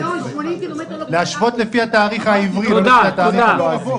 להשוות לתאריך העברי ולא לתאריך הלועזי.